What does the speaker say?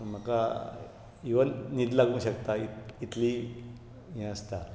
म्हाका इवन न्हीद लागू सकता इतली हें आसता